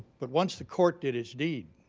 but once the court did its deed,